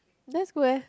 that's good eh